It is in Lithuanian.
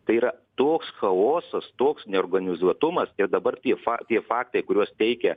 tai yra toks chaosas toks neorganizuotumas ir dabar tie fa tie faktai kuriuos teikia